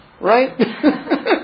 Right